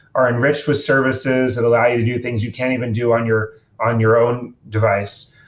are enriched with services that allow you to do things you can't even do on your on your own device,